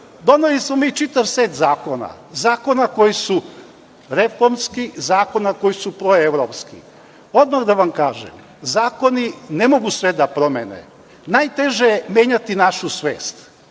doneli smo mi čitav set zakona, zakona koji su reformski, zakona koji su proevropski. Odmah da vam kažem, zakoni ne mogu sve da promene. Najteže je menjati našu svest.